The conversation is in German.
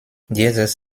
dieses